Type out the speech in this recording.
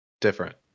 different